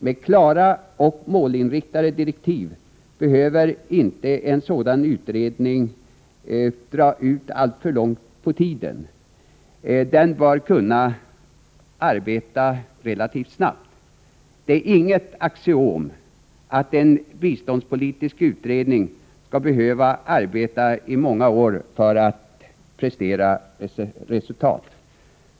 Med klara och målinriktade direktiv bör en sådan utredning kunna arbeta snabbt. Det är inget axiom att en biståndspolitisk utredning skall behöva arbeta i många år för att prestera resultat.